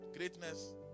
greatness